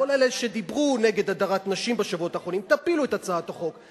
כל אלה שדיברו נגד הדרת נשים בשבועות האחרונים תפילו את הצעת החוק.